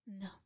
No